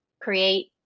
create